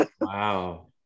Wow